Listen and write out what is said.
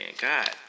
God